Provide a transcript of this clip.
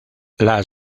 las